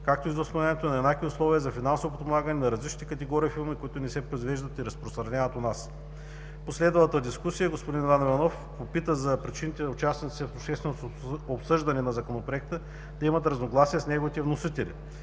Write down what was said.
както и за установяването на еднакви условия за финансово подпомагане на различните категории филми, които се произвеждат и разпространяват у нас. В последвалата дискусия господин Иван Иванов попита за причината участниците в общественото обсъждане на Законопроекта да имат разногласия с неговите вносители.